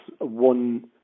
one